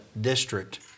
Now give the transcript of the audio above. district